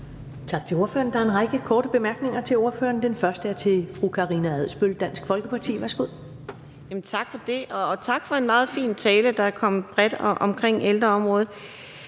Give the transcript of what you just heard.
Tak til ordføreren. Der er en række korte bemærkninger til ordføreren. Den første er fra fru Karina Adsbøl, Dansk Folkeparti. Værsgo. Kl. 10:32 Karina Adsbøl (DF): Tak for det. Og tak for en meget fin tale, hvor ordføreren kom bredt omkring ældreområdet.